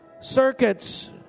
circuits